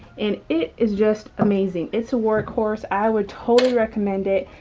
and it is just amazing. it's a workhorse. i would totally recommend it.